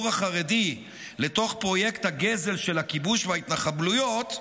החרדי לתוך פרויקט הגזל של הכיבוש וההתנחבלויות,